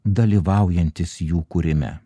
dalyvaujantis jų kūrime